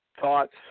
thoughts